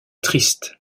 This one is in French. triste